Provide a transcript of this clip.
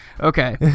Okay